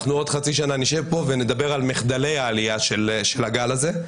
אנחנו עוד חצי שנה נשב פה ונדבר על מחדלי העלייה של הגל הזה,